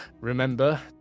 remember